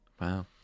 Wow